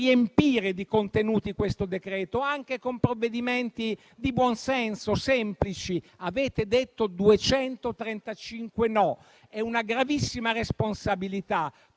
riempire di contenuti questo decreto-legge, anche con provvedimenti di buonsenso semplici. Avete detto 235 no: è una gravissima responsabilità,